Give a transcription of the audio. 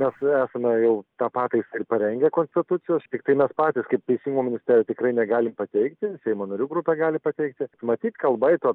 mes jau esame jau tą pataisą ir parengę konstitucijos tiktai mes patys kaip teisingumo ministerija tikrai negalim pateikti seimo narių grupė gali pateikti matyt kalba eitų